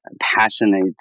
passionate